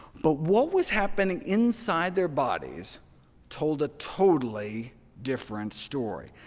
but what was happening inside their bodies told a totally different story.